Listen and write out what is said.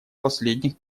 последних